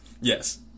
Yes